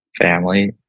family